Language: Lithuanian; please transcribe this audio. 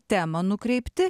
temą nukreipti